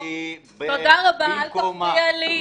תודה רבה, אל תפריע לי.